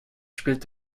spielt